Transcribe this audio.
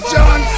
John